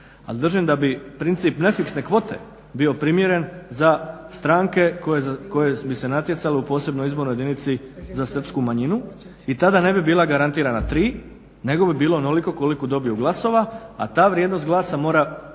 držim da bi princip nefiksne kvote bio primjeren za stranke koje bi se natjecale u posebnoj izbornoj jedinici za srpsku manjinu i tada ne bi bila garantirana 3 nego bi bilo onoliko koliko dobiju glasova, a ta vrijednost glasa mora